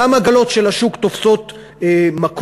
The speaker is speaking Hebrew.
גם עגלות של השוק תופסות מקום.